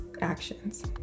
actions